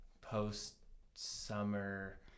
Post-summer